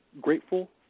grateful